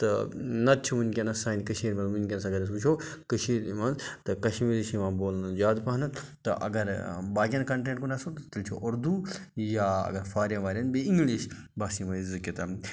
تہٕ نَتہٕ چھُ وٕنۍکٮ۪نَس سانہِ کٔشیٖر منٛز وٕنۍکٮ۪نَس اگر أسۍ وٕچھو کٔشیٖرِ منٛز تہٕ کَشمیٖری چھِ یِوان بولنہٕ زیادٕ پَہنَتھ تہٕ اگر باقیَن کَنٹِرٛیَن کُن آسو تیٚلہِ چھِ اُردوٗ یا اگر فارٮ۪ن وارٮ۪ن بیٚیہِ اِنٛگلِش بَس یِمَے زٕ